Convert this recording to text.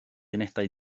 unedau